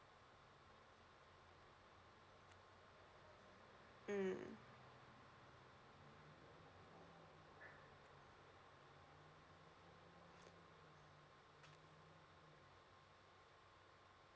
mm